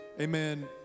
amen